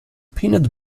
peanut